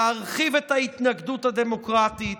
להרחיב את ההתנגדות הדמוקרטית,